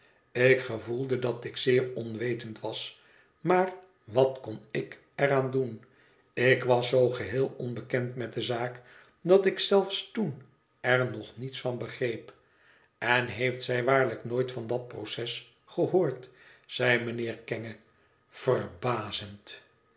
ik gevoelde dat ik zeer onwetend was maar wat kon ik er aan doen ik was zoo geheel onbekend met de zaak dat ik zelfs toen er nog niets van begreep en heeft zij waarlijk nooit van dat proces gehoord zeide mijnheer kenge verbazend